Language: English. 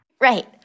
Right